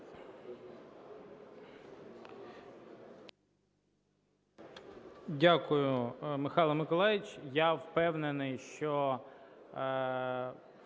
Дякую, Михайло Миколайович. Я впевнений, що